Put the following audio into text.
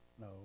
No